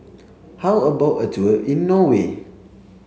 how about a tour in Norway